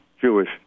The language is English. Jewish